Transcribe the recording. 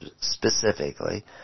specifically